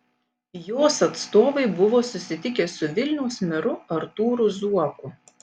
jos atstovai buvo susitikę su vilniaus meru artūru zuoku